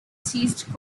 seized